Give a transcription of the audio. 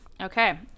Okay